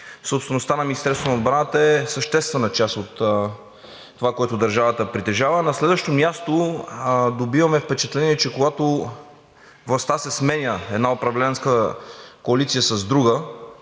собствеността на Министерството на отбраната е съществена част от това, което държавата притежава. На следващо място, добиваме впечатление, че когато властта се сменя – една управленска коалиция с друга,